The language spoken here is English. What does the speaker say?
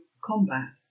combat